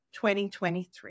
2023